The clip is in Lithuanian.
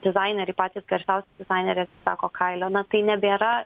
dizaineriai patys garsiausi dizaineriai sako kailio na tai nebėra